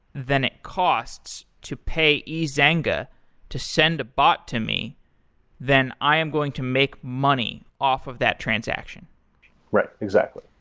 then it costs to pay ezanga to send bot to me than i am going to make money off of that transaction right. exactly.